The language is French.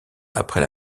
après